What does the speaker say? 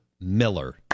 Miller